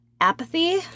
apathy